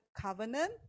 covenant